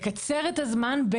לקצר את הזמן,